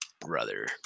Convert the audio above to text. Brother